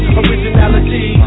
originality